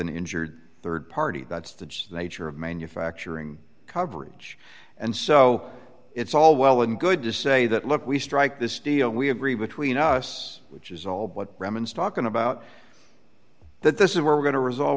an injured rd party that's the nature of manufacturing coverage and so it's all well and good to say that look we strike this deal we agree with tween us which is all but bremen stalking about that this is where we're going to resolve